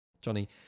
johnny